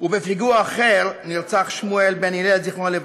ובפיגוע אחר נרצח שמואל בן הלל ז"ל,